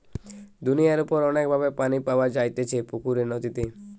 দুনিয়ার উপর অনেক ভাবে পানি পাওয়া যাইতেছে পুকুরে, নদীতে